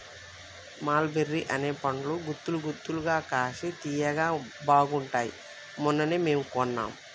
మల్ బెర్రీ అనే పండ్లు గుత్తులు గుత్తులుగా కాశి తియ్యగా బాగుంటాయ్ మొన్ననే మేము కొన్నాం